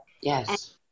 Yes